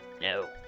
no